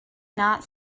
not